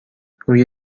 روی